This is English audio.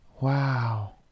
Wow